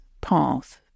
path